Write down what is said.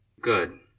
Good